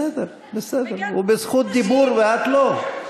בסדר, בסדר, הוא בזכות דיבור ואת לא.